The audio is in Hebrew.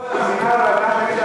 למען הפרוטוקול,